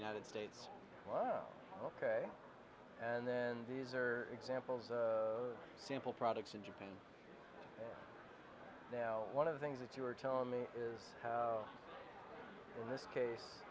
united states ok and then these are examples of sample products in japan now one of the things that you are telling me is in this case